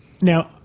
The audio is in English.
Now